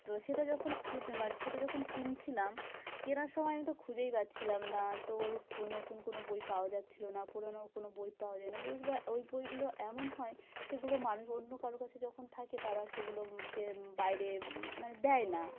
তো সেটা যখন খুঁত মা সেটা যখন কিনছিলাম কেনার সময় আমি তো খুঁজেই পাচ্ছিলাম না তোর প নতুন কোনও বই পাওয়া যাচ্ছিলো না পুরনো কোনও বই পাওয়া যায় না বইগুলো ওই বইগুলো এমন হয় সেগুলো মানুষ অন্য কারোর কাছে যখন থাকে তারা সেইগুলোকে বাইরে মানে দেয় না